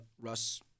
Russ